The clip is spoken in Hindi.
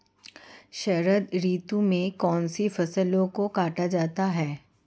शरद ऋतु में कौन सी फसलों को काटा जाता है?